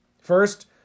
First